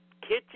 kitchen